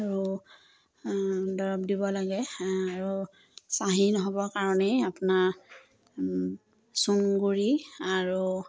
আৰু দৰৱ দিব লাগে আৰু চাঁহি নহ'বৰ কাৰণেই আপোনাৰ চূণগুড়ি আৰু